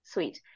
Sweet